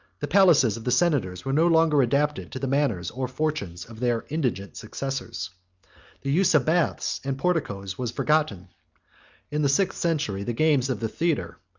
the palaces of the senators were no longer adapted to the manners or fortunes of their indigent successors the use of baths and porticos was forgotten in the sixth century, the games of the theatre,